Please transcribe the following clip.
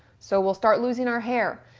so we'll start losing our hair.